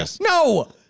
no